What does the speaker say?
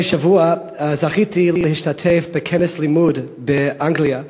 לפני שבוע זכיתי להשתתף בכנס "לימוד" באנגליה,